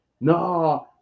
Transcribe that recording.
No